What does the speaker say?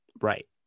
Right